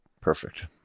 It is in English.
perfect